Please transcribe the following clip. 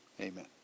Amen